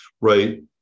right